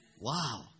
Wow